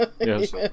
yes